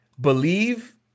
Believe